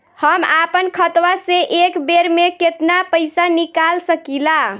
हम आपन खतवा से एक बेर मे केतना पईसा निकाल सकिला?